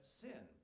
sin